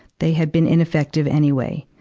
they had been ineffective anyway.